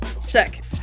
sick